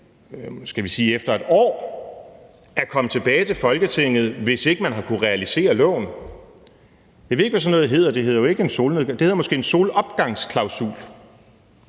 til efter måske et år at komme tilbage til Folketinget, hvis ikke man har kunnet realisere loven – jeg ved ikke, hvad sådan noget hedder; det hedder måske en solopgangsklausul